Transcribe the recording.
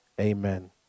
amen